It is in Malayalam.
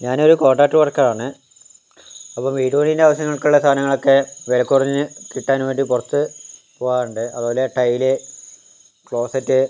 ഞാൻ ഒരു കോൺടാക്ട് വർക്കറാണ് അപ്പം വീടുപണിൻ്റെ ആവശ്യങ്ങൾക്കുള്ള സാധനങ്ങളൊക്കെ വിലകുറഞ്ഞ് കിട്ടാൻവേണ്ടി പുറത്ത് പോകാറുണ്ട് അതുപോലെ ടൈല് ക്ലോസെറ്റ്